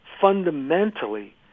fundamentally